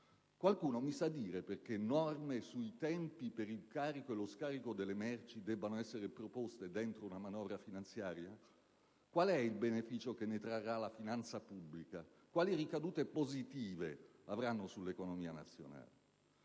Qualcuno mi sa dire perché norme sui tempi per il carico e lo scarico delle merci debbano essere proposte all'interno di una manovra finanziaria? Qual è il beneficio che ne trarrà la finanza pubblica? Quali ricadute positive esse avranno sull'economia nazionale?